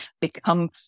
becomes